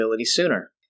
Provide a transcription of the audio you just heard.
sooner